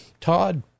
Todd